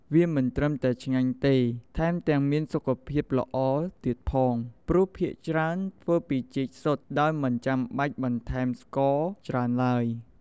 វាមិនត្រឹមតែឆ្ងាញ់ទេ ថែមទាំងមានសុខភាពល្អទៀតផង ព្រោះភាគច្រើនធ្វើពីចេកសុទ្ធដោយមិនចាំបាច់បន្ថែមស្ករច្រើនឡើយ។